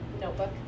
notebook